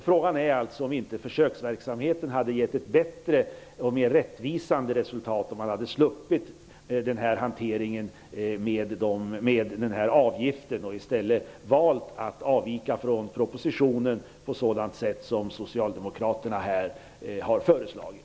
Frågan är alltså om inte försöksverksamheten hade gett ett bättre och mer rättvisande resultat om man hade sluppit hanteringen med avgiften och i stället valt att avvika från propositionen på sådant sätt som Socialdemokraterna har föreslagit.